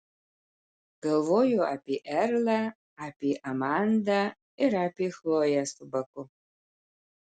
galvojo apie erlą apie amandą ir apie chloję su baku